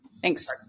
Thanks